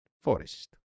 forest